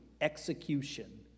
execution